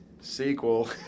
Sequel